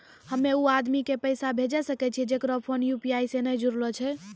हम्मय उ आदमी के पैसा भेजै सकय छियै जेकरो फोन यु.पी.आई से नैय जूरलो छै?